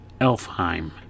Elfheim